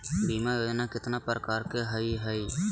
बीमा योजना केतना प्रकार के हई हई?